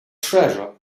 treasure